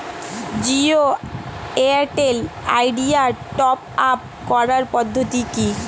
Jio Airtel Idea top up করার পদ্ধতি কি?